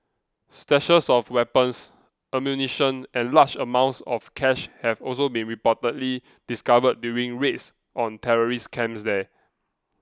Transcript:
stashes of weapons ammunition and large amounts of cash have also been reportedly discovered during raids on terrorist camps there